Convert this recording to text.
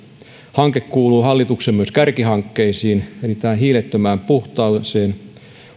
hanke kuuluu hallituksen kärkihankkeisiin eli tähän hiilettömään puhtaaseen